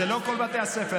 זה לא כל בתי הספר,